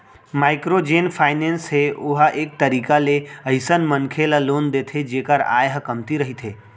micro जेन finance हे ओहा एक तरीका ले अइसन मनखे ल लोन देथे जेखर आय ह कमती रहिथे